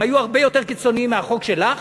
הם היו הרבה יותר קיצוניים מהחוק שלך,